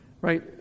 right